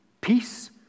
peace